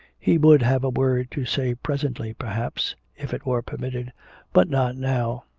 he would have a word to say presently perhaps, if it were permitted but not now.